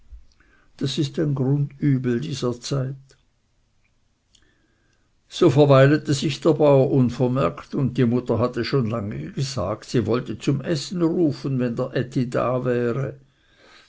das ist ein grundübel dieser zeit so verweilete sich der bauer unvermerkt und die mutter hatte schon lange gesagt sie wollte zum essen rufen wenn der ätti da wäre